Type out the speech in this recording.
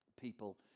people